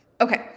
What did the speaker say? okay